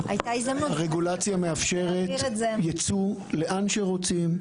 הרגולציה מאפשרת יצוא לאן שרוצים.